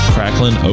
Cracklin